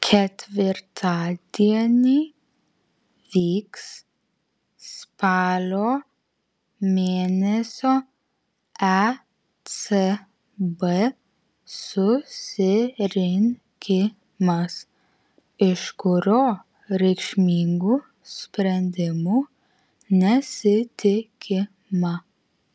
ketvirtadienį vyks spalio mėnesio ecb susirinkimas iš kurio reikšmingų sprendimų nesitikima